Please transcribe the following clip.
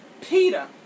Peter